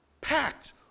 packed